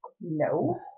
No